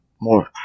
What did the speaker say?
More